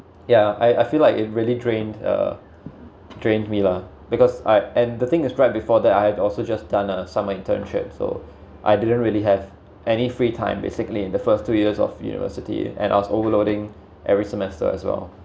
ya I I feel like it really drained uh drained me lah because I and the thing is right before that I have also just done a summer internship so I didn't really have any free time basically in the first two years of university and I was overloading every semester as well